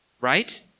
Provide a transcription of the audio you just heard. right